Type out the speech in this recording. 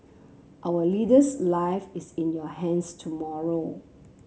our leader's life is in your hands tomorrow